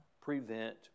prevent